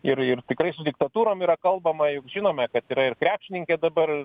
ir ir tikrai su diktatūrom yra kalbama juk žinome kad yra ir krepšininkė dabar